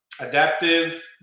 adaptive